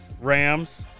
Rams